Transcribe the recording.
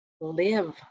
live